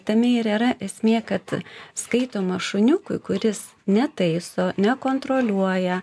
tame ir yra esmė kad skaitoma šuniukui kuris ne taiso nekontroliuoja